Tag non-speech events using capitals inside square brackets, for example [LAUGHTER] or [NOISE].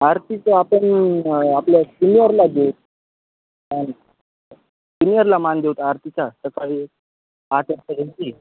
आरतीचं आपण आपल्या सीनियरला देऊत सीनिअरला मान देऊत आरतीचा सकाळी आठ वाजता [UNINTELLIGIBLE]